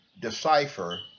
decipher